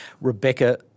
Rebecca